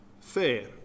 fair